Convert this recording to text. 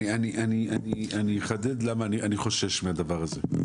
אני אחדד ואומר למה אני חושש מהדבר הזה.